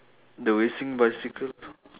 the racing bicycle